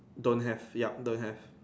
don't have yup don't have